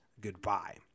Goodbye